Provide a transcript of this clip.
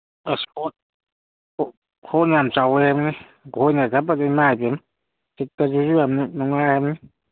ꯑꯁ ꯍꯣꯜ ꯌꯥꯝ ꯆꯥꯎꯋꯦ ꯍꯥꯏꯕꯅꯤ ꯑꯩꯈꯣꯏꯅ ꯆꯠꯄꯗꯤ ꯏꯃꯥꯏ ꯄꯦꯝꯃ ꯁꯤꯠꯀꯁꯨ ꯌꯥꯝ ꯅꯨꯡꯉꯥꯏ ꯍꯥꯏꯕꯅꯤ